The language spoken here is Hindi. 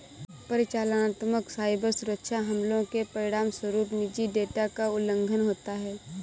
परिचालनात्मक साइबर सुरक्षा हमलों के परिणामस्वरूप निजी डेटा का उल्लंघन होता है